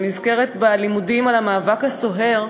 ואני נזכרת בלימודים על המאבק הסוער,